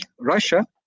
Russia